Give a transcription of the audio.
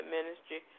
Ministry